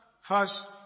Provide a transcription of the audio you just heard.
first